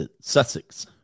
Sussex